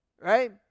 right